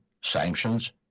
sanctions